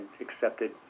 accepted